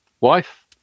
wife